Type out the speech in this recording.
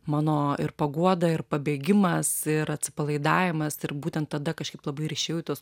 mano ir paguoda ir pabėgimas ir atsipalaidavimas ir būtent tada kažkaip labai ir išėjau į tuos